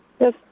Yes